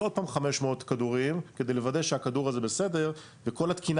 עוד פעם 500 כדורים כדי לוודא שהכדור הזה בסדר וכל התקינה